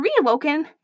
reawoken